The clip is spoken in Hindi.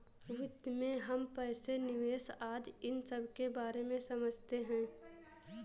वित्त में हम पैसे, निवेश आदि इन सबके बारे में समझते हैं